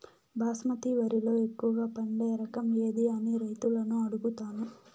బాస్మతి వరిలో ఎక్కువగా పండే రకం ఏది అని రైతులను అడుగుతాను?